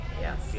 Yes